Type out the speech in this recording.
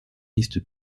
liste